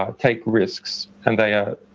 ah take risks and they are,